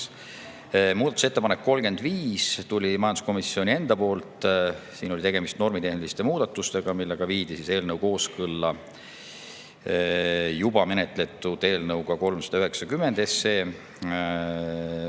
Muudatusettepanek 35 tuli majanduskomisjonilt endalt. Siin oli tegemist normitehniliste muudatustega, millega viidi eelnõu kooskõlla juba menetletud eelnõuga 390, kus